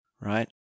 right